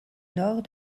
nord